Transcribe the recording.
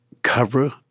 Cover